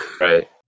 Right